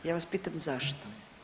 Ja vas pitam zašto?